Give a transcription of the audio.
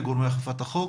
לגורמי אכיפת החוק?